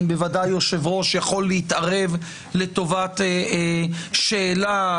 בוודאי יושב-ראש יכול להתערב לטובת שאלה,